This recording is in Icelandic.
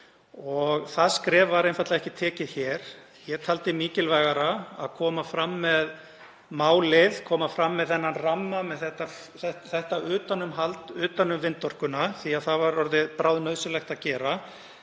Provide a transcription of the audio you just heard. Það skref var einfaldlega ekki stigið hér. Ég taldi mikilvægara að koma fram með málið, koma fram með þennan ramma, með þetta utanumhald utan um vindorkuna, því að það var orðið bráðnauðsynlegt að gera